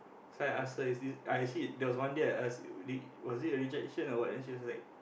so I ask her is this uh actually there was one day I ask did was it a rejection or what then she was like